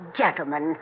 gentlemen